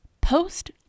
post